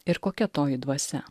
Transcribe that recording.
ir kokia toji dvasia